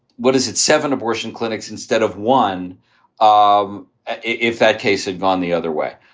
what is it, seven abortion clinics instead of one um if that case had gone the other way.